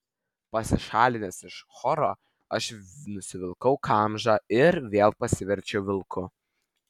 pasišalinęs iš choro aš nusivilkau kamžą ir vėl pasiverčiau vilku